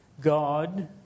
God